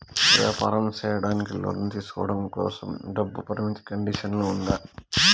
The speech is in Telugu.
వ్యాపారం సేయడానికి లోను తీసుకోవడం కోసం, డబ్బు పరిమితి కండిషన్లు ఉందా?